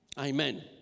amen